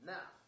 Now